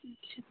अच्छा